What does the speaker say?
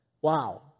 Wow